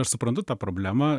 aš suprantu tą problemą